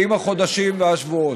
עם החודשים ועם השבועות.